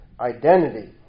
identity